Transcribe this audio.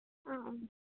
ꯑꯥ ꯎꯝ